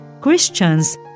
Christians